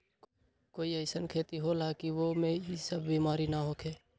कोई अईसन खेती होला की वो में ई सब बीमारी न होखे?